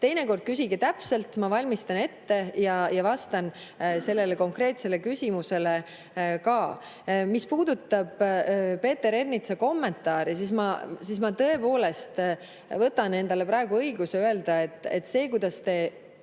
Teinekord küsige täpselt, ma valmistan ette ja vastan sellele konkreetsele küsimusele. Mis puudutab Peeter Ernitsa kommentaari, siis ma tõepoolest võtan endale praegu õiguse öelda, et see, kuidas te